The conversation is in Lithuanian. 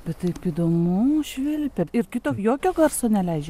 bet taip įdomu švilpia ir kito jokio garso neleidžia